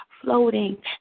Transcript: floating